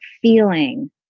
feeling